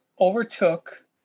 overtook